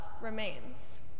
remains